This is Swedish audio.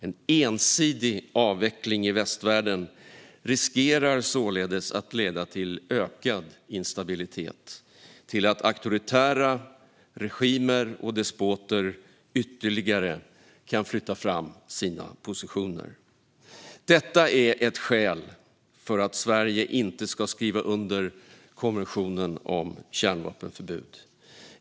En ensidig avveckling i västvärlden riskerar således att leda till ökad instabilitet och till att auktoritära regimer och despoter ytterligare kan flytta fram positionerna. Detta är ett skäl för att Sverige inte ska skriva under konventionen om kärnvapenförbud.